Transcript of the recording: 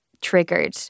triggered